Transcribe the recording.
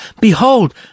Behold